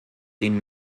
den